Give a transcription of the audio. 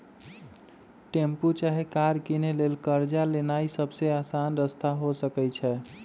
tempo चाहे car किनै लेल कर्जा लेनाइ सबसे अशान रस्ता हो सकइ छै